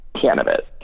cannabis